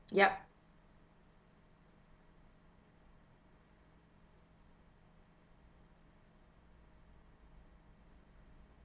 yup